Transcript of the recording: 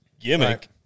gimmick